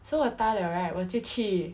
so 我搭 liao right 我就去